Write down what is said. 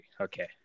okay